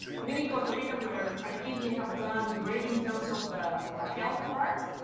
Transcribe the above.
even in costa rica, where i think we have done great in terms of the the health part,